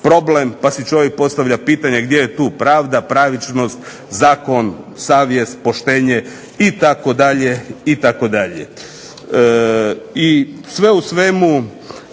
pa si čovjek postavlja pitanje gdje je tu pravda, pravičnost, zakon, savjest, poštenje itd.